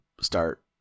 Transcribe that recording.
start